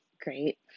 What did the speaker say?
great